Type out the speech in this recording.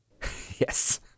Yes